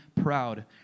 proud